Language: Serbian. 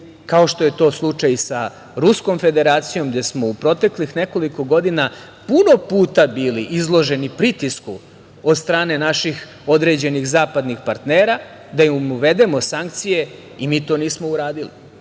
Kao što je to slučaj i sa Ruskom Federacijom, gde smo u proteklih nekoliko godina puno puta bili izloženi pritisku od strane naših određenih zapadnih partnera da im uvedemo sankcije i mi to nismo uradili.A